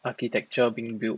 architecture being built